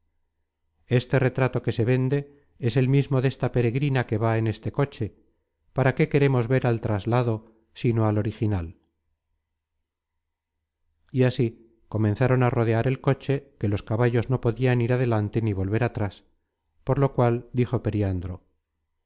este retrato que se vende es el mismo desta peregrina que va en este coche para qué queremos ver al traslado sino al original y así comenzaron á rodear el coche que los caballos no podian ir adelante ni volver atras por lo cual dijo periandro